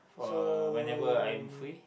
so